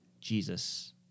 Jesus